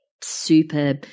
super